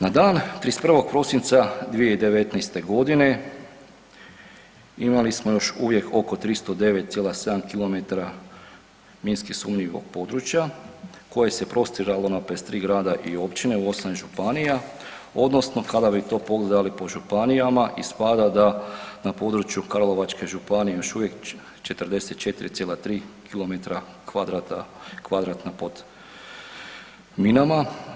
Na dan 31. prosinca 2019. godine imali smo još uvijek oko 309,7 km minski sumnjivog područja koje se prostiralo na 53 grada i općine u 8 županija odnosno kada bi to pogledali po županijama ispada da na području Karlovačke županije još uvijek 44,3 km kvadratna je pod minama.